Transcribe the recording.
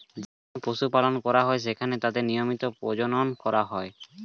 যেখানে পশু পালন করা হয়, সেখানে তাদের নিয়মিত প্রজনন করা হয়